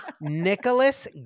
Nicholas